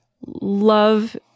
love